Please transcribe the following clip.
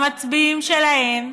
למצביעים שלהן,